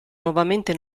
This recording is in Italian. nuovamente